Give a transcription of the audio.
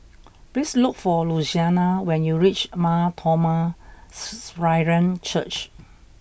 please look for Luciana when you reach Mar Thoma Syrian Church